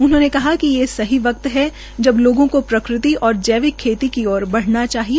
उन्होंने कहा कि ये सही वक्त है जब लोगों के प्रकृति और जैविक खेती की ओर बढ़ना चाहिए